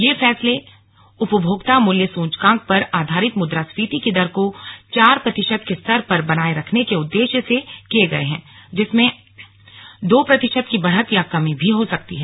यह फैसले उपभोक्ता मूल्य सूचकांक पर आधारित मुद्रास्फीति की दर को चार प्रतिशत के स्तर पर बनाए रखने के उद्देश्य से किए गए हैं जिसमें दो प्रतिशत की बढ़त या कमी भी हो सकती है